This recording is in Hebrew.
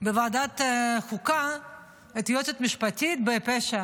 בוועדת החוקה את היועצת המשפטית בפשע,